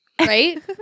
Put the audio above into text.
Right